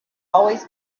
always